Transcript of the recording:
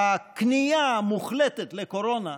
הכניעה המוחלטת לקורונה,